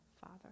Father